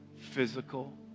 physical